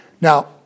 Now